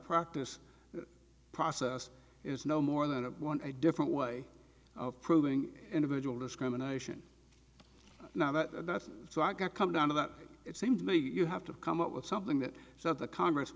practice process is no more than one a different way of proving individual discrimination that's so i got come down to that it seems to me you have to come up with something that so the congress